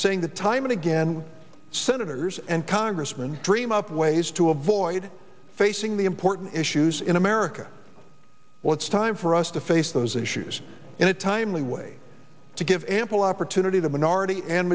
saying that time and again senators and congressmen dream up ways to avoid facing the important issues in america well it's time for us to face those issues in a timely way to give ample opportunity the minority and